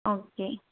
okay